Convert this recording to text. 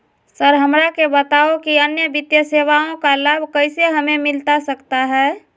Sir हमरा के बताओ कि अन्य वित्तीय सेवाओं का लाभ कैसे हमें मिलता सकता है?